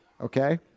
okay